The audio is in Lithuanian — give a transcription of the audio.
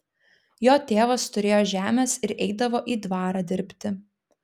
jo tėvas turėjo žemės ir eidavo į dvarą dirbti